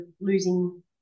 losing